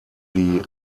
die